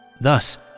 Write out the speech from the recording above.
Thus